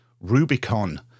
rubicon